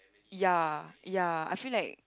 ya ya I feel like